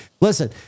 Listen